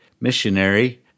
missionary